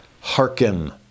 Hearken